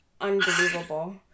unbelievable